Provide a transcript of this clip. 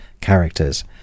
characters